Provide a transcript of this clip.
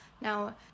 Now